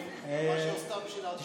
על מה שהיא עשתה בשביל התושבים הערבים.